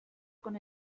con